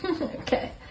Okay